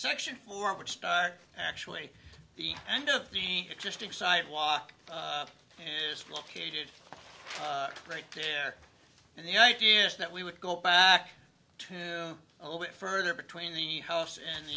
section forward start actually the end of the interesting sidewalk is located right there and the idea is that we would go back to a little bit further between the house and